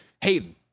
Hayden